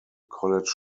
college